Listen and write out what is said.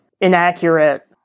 inaccurate